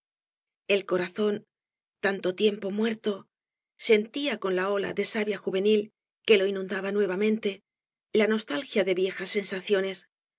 el corazón tanto tiempo muerto sentía con la ola de savia juvenil que lo inundaba nuevamente la nostalgia de viejas sensacioobras